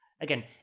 again